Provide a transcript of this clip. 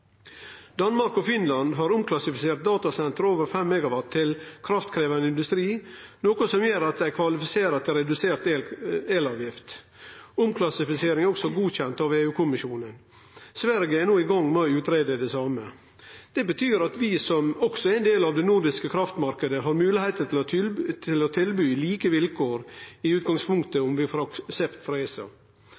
Danmark og Finland har omklassifisert datasenter over 5 MW til kraftkrevjande industri, noko som gjer at dei kvalifiserer til redusert elavgift. Omklassifiseringa er også godkjend av EU-kommisjonen. Sverige er no i gang med å greie ut om det same. Det betyr at vi som også er ein del av den nordiske kraftmarknaden, i utgangspunktet har moglegheiter til å tilby like vilkår, om vi får aksept frå ESA.